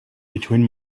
between